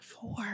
Four